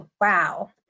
wow